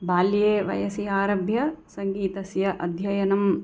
बाल्ये वयसि आरभ्य सङ्गीतस्य अध्ययनम्